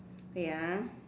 wait ah